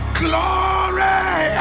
glory